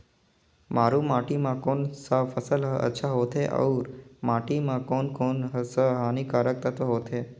मारू माटी मां कोन सा फसल ह अच्छा होथे अउर माटी म कोन कोन स हानिकारक तत्व होथे?